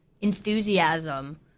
enthusiasm